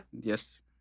yes